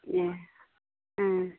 ए